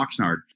Oxnard